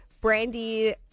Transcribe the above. Brandy